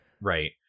Right